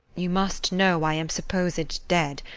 you must know i am supposed dead.